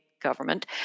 government